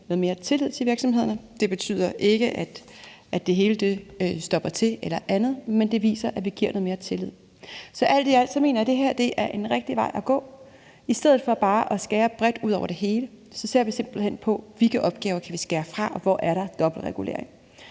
man noget mere tillid til virksomhederne. Det betyder ikke, at det hele stopper til eller andet, men det viser, at vi viser mere tillid. Så alt i alt mener jeg, det her er en rigtig vej at gå. I stedet for bare at skære bredt på det hele ser vi simpelt hen på, hvilke opgaver vi kan skære fra, og hvor der er dobbelt regulering.